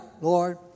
Lord